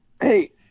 Hey